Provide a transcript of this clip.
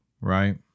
right